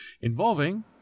involving